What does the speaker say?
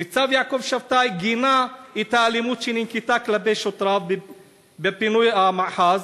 ניצב יעקב שבתאי גינה את האלימות שננקטה כלפי שוטריו בפינוי המאחז.